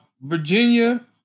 Virginia